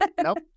Nope